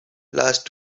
last